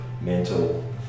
mental